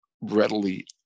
readily